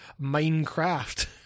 Minecraft